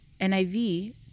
NIV